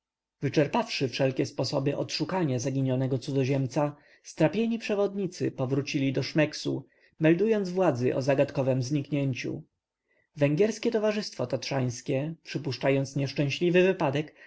wyczerpawszy wszelkie sposoby odszukania zaginionego cudzoziemca strapieni przewodnicy powrócili do szmeksu meldując władzy o zagadkowem zniknięciu węgierskie towarzystwo tatrzańskie przypuszczając nieszczęśliwy wypadek